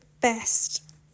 best